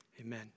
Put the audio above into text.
Amen